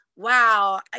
wow